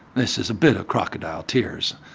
this is a bit of crocodile tears.